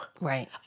Right